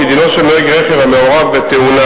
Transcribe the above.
כי דינו של נוהג רכב המעורב בתאונה,